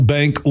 Bank